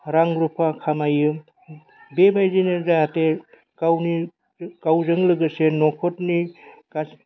रां रुफा खामायो बेबायदिनो जाहाथे गावनि गावजों लोगोसे न'खरनि